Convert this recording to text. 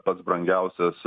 pats brangiausias